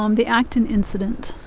um the acton incident.